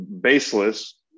baseless